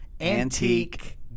antique